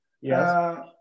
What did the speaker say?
Yes